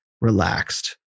relaxed